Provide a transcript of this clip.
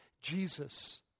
Jesus